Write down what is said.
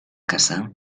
casar